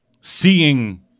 seeing